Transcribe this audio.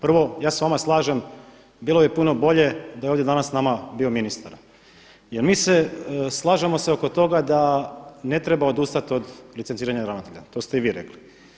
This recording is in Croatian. Prvo, ja se s vama slažem bilo bi puno bolje da je ovdje s nama danas bio ministar jer mi se slažemo oko toga da ne treba odustati od licenciranja ravnatelja, to ste i vi rekli.